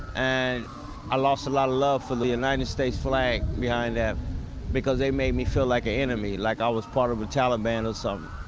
and i lost a lot of love for the united states flag behind that because they made me feel like an enemy, like i was part of the taliban or something,